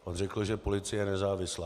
On řekl, že policie je nezávislá.